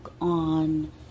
on